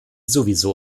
sowieso